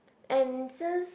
and since